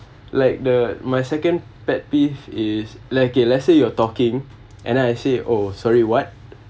like the my second pet peeve is okay let's say you are talking and then I say oh sorry what